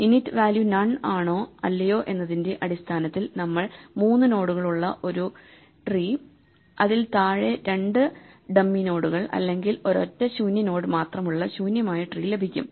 inint value none ആണോ അല്ലയോ എന്നതിന്റെ അടിസ്ഥാനത്തിൽ നമ്മൾ മൂന്ന് നോഡുകളുള്ള ഒരു ട്രീ അതിൽ താഴെ രണ്ട് ഡമ്മി നോഡുകൾ അല്ലെങ്കിൽ ഒരൊറ്റ ശൂന്യ നോഡ് മാത്രമുള്ള ശൂന്യമായ ട്രീ ലഭിക്കും